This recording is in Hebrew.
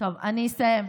טוב, אני אסיים.